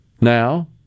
now